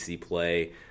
play